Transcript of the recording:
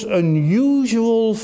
unusual